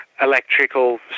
Electrical